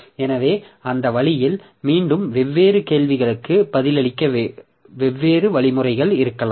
எனவே அந்த வழியில் மீண்டும் வெவ்வேறு கேள்விகளுக்கு பதிலளிக்க வெவ்வேறு வழிமுறைகள் இருக்கலாம்